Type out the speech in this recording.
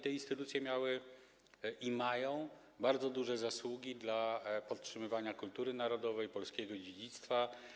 Te instytucje miały i mają bardzo duże zasługi dla podtrzymywania kultury narodowej, polskiego dziedzictwa.